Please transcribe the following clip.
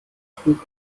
trug